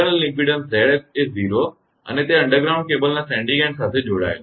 તેથી કે આંતરિક ઇમપેડન્સ 𝑍𝑠 એ 0 છે અને તે અંડરગ્રાઉન્ડ કેબલના સેન્ડીંગ એન્ડ સાથે જોડાયેલું છે